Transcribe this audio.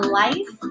life